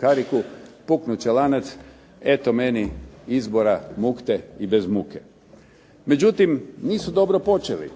kariku puknut će lanac, eto meni izbora mukte i bez muke. Međutim nisu dobro počeli.